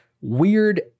weird